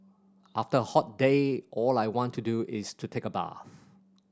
after a hot day all I want to do is to take a bath